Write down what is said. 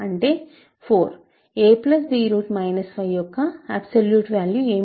a b 5 యొక్క absolute value ఏమిటి